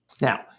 Now